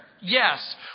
Yes